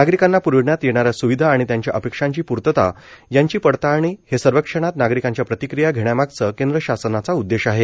नागरिकांना प्रविण्यात येणाऱ्या स्विधा आणि त्यांच्या अपेक्षांची पूर्तता यांची पडताळणी हे सर्वेक्षणात नागरिकांच्या प्रतिक्रिया घेण्यामागचा केंद्र शासनाचा उद्देश आहे